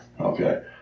Okay